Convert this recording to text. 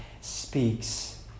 speaks